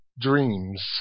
dreams